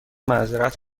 معذرت